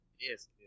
Yes